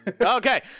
Okay